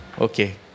Okay